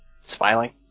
smiling